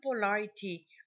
polarity